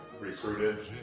recruited